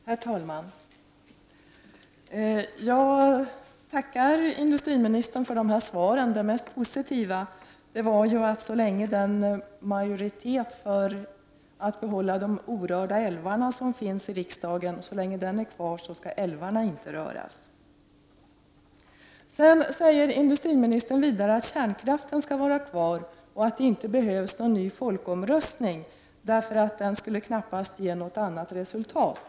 Herr talman! Jag tackar industriministern för de här svaren. Det mest positiva var beskedet att så länge majoritet för att behålla de orörda älvarna finns i riksdagen skall älvarna inte röras. Sedan sade industriministern att kärnkraften skall vara kvar och att det inte behövs någon ny folkomröstning, därför att en sådan knappast skulle ge något annat resultat.